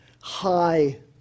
high